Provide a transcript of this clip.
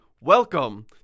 Welcome